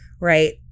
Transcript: right